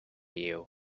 you